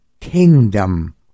kingdom